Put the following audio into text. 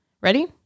Ready